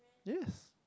yes